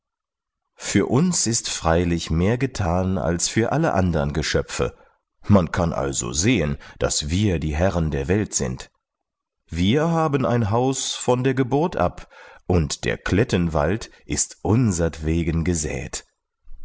für uns ist freilich mehr gethan als für alle andern geschöpfe man kann also sehen daß wir die herren der welt sind wir haben ein haus von der geburt ab und der klettenwald ist unsertwegen gesäet